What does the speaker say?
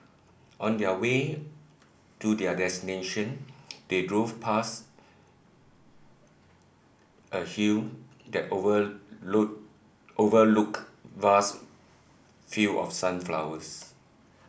on the way to their destination they drove past a hill that overlooked overlook vast field of sunflowers